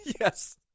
yes